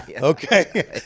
Okay